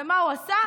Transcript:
ומה הוא עשה?